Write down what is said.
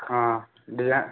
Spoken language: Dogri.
हां डजैन